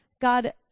God